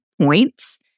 points